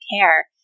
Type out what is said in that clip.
care